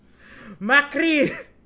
macri